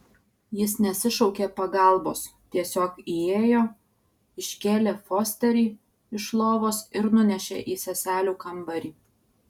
jis nesišaukė pagalbos tiesiog įėjo iškėlė fosterį iš lovos ir nunešė į seselių kambarį